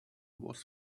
was